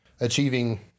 achieving